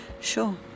Sure